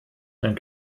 dann